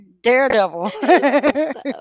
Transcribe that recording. Daredevil